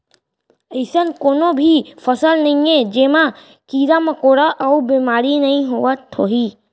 अइसन कोनों भी फसल नइये जेमा कीरा मकोड़ा अउ बेमारी नइ होवत होही